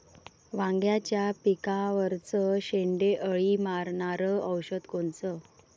वांग्याच्या पिकावरचं शेंडे अळी मारनारं औषध कोनचं?